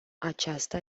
aceasta